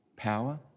Power